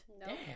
No